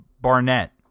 Barnett